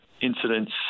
incidents